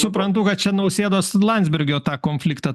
suprantu kad čia nausėdos ir landsbergio tą konfliktą